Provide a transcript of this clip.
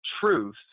truth